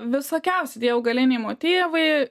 visokiausi tie augaliniai motyvai